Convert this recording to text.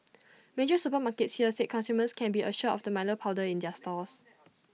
major supermarkets here said consumers can be assured of the milo powder in their stores